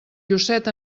llucet